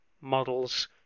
models